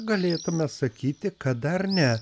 galėtume sakyti kad dar ne